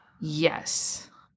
Yes